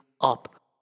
up